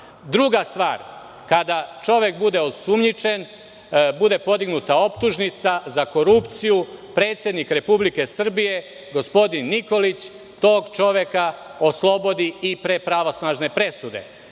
stvar, kada čovek bude osumnjičen, bude podignuta optužnica za korupciju, predsednik Republike Srbije, gospodin Nikolić, tog čoveka oslobodi i pre pravosnažne presude.